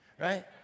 right